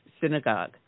synagogue